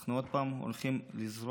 אנחנו עוד פעם הולכים לזרוק